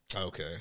Okay